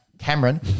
Cameron